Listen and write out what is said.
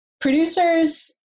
Producers